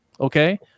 Okay